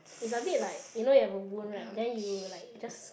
it's a bit like you know you have a wound right then you like just